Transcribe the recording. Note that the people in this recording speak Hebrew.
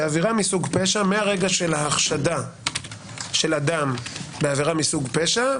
בעבירה מסוג פשע מהרגע של ההחשדה של אדם בעבירה מסוג פשע,